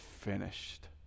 finished